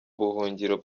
ubuhungiro